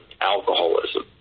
alcoholism